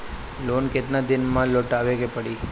Loan केतना दिन में लौटावे के पड़ी?